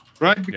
Right